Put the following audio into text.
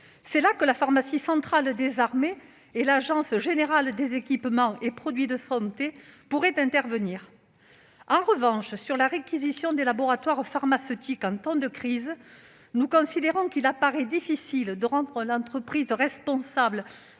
C'est là que la pharmacie centrale des armées et l'Agence générale des équipements et produits de santé pourraient intervenir. En revanche, en ce qui concerne la réquisition des laboratoires pharmaceutiques en temps de crise, il paraît selon nous difficile de rendre l'entreprise responsable